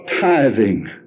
tithing